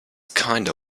kinda